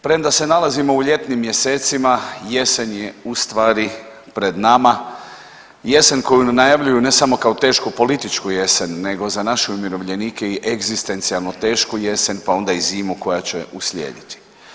Premda se nalazimo u ljetnim mjesecima jesen je u stvari pred nama, jesen koju najavljuju ne samo kao tešku političku jesen, nego za naše umirovljenike i egzistencijalno tešku jesen, pa onda i zimu koja će uslijediti.